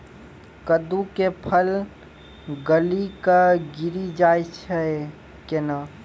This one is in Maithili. कददु के फल गली कऽ गिरी जाय छै कैने?